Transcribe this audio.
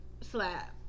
slap